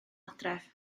adref